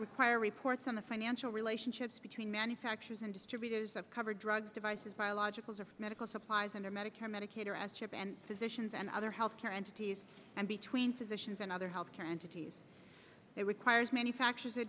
require reports on the financial relationships between manufacturers and distributors of cover drug devices biologicals of medical supplies under medicare medicaid or as chip and physicians and other health care entities and between physicians and other health care entities that requires manufacturers are